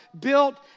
built